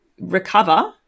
recover